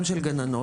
גם של גננות,